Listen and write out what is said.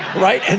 right? and